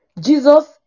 Jesus